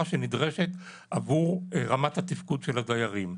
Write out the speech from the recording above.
שנדרשת עבור רמת התפקוד של הדיירים.